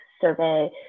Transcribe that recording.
survey